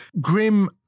Grim